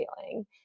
feeling